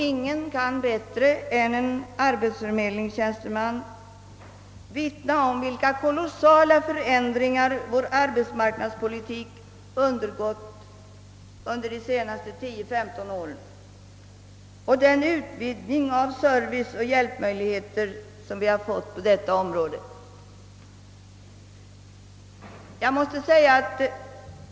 Ingen kan bättre än en arbetsförmedlingstjänsteman vittna om vilka kolossala förändringar vår arbetsmarknadspolitik undergått under de senaste 10—15 åren och om den ökning av service och hjälpmöjligheter som skett.